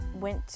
went